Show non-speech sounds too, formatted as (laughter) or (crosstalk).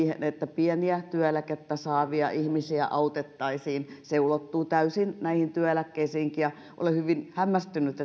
että pientä työeläkettä saavia ihmisiä autettaisiin se ulottuu täysin näihin työeläkkeisiinkin olen hyvin hämmästynyt (unintelligible)